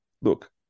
look